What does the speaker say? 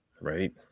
Right